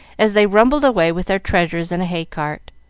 as they rumbled away with their treasures in a hay-cart.